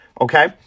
okay